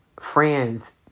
friends